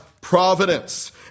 providence